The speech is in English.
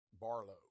Barlow